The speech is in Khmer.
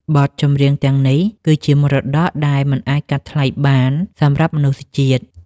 បទចម្រៀងទាំងនេះ គឺជាមរតកដែលមិនអាចកាត់ថ្លៃបានសម្រាប់មនុស្សជាតិ។